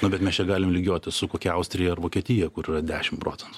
nu bet mes čia galim lygiuotis su kokia austrija ar vokietija kur yra dešim procentų